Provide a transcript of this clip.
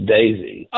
Daisy